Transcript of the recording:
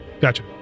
Gotcha